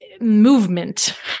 movement